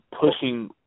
pushing